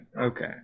okay